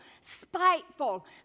spiteful